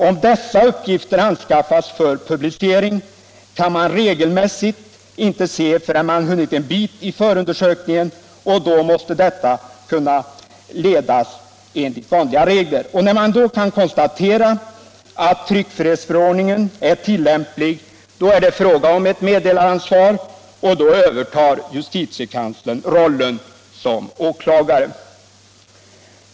Om dessa uppgifter anskaffas för publicering kan man regelmässigt inte se förrän man hunnit en bit in i förundersökningen, och då måste denna kunna ledas enligt vanliga regler. När man kan konstatera att tryckfrihetsförordningen är tillämplig är det fråga om ett meddelaransvar, och då övertar justitiekanslern rollen som åklagare.